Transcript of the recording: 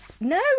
No